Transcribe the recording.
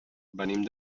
venim